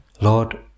Lord